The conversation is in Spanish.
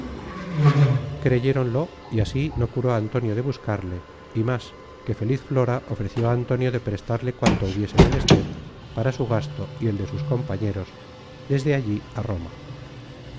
llevado creyéronlo y así no curó antonio de buscarle y más que feliz flora ofreció á antonio de prestarle cuanto hubiese menester para su gasto y el de sus compañeros desde allí á roma